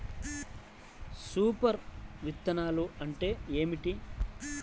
Super విత్తనాలు అంటే ఏమిటి?